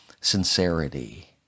sincerity